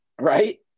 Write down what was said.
right